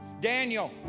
Daniel